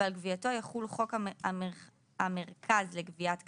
ועל גבייתו יחול חוק המרכז לגביית קנסות,